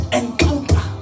encounter